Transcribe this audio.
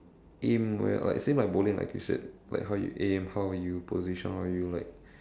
aim where like same like bowling like you said like how you aim how you position how you like